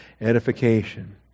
edification